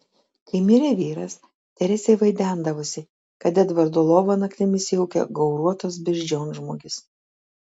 kai mirė vyras teresei vaidendavosi kad edvardo lovą naktimis jaukia gauruotas beždžionžmogis